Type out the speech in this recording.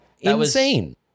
Insane